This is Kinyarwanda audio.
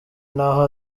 n’aho